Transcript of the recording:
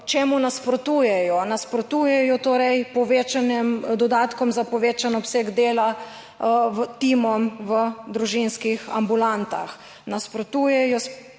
čemu nasprotujejo. Nasprotujejo torej povečanim dodatkom za povečan obseg dela timom v družinskih ambulantah, nasprotujejo